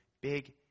big